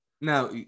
Now